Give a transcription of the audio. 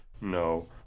no